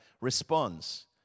responds